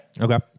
Okay